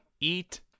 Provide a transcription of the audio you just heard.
eat